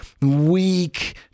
weak